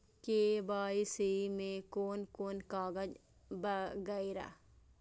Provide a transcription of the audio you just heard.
KYC में कोन कोन कागज वगैरा?